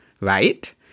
right